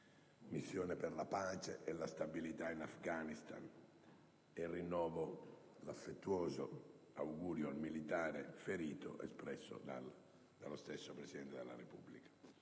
riportare la pace e la stabilità in Afghanistan. Rinnovo l'affettuoso augurio al militare ferito espresso dallo stesso Presidente della Repubblica.